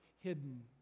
hidden